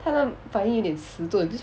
他的反应有点迟钝